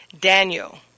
Daniel